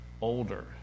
Older